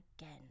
again